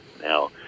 Now